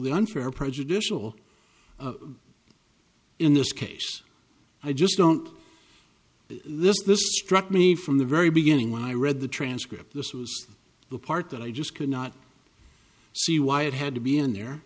the unfair prejudicial in this case i just don't see this this struck me from the very beginning when i read the transcript this was the part that i just cannot see why it had to be in there